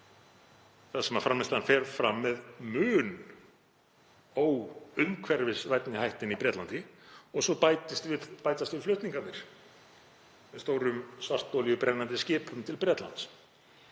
þar sem framleiðslan fer fram með mun óumhverfisvænni hætti en í Bretlandi. Svo bætast við flutningar á stórum svartolíubrennandi skipum til Bretlands.